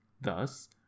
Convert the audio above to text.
Thus